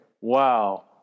wow